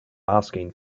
asking